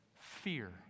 Fear